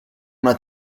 una